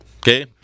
Okay